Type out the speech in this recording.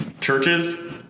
churches